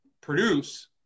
produce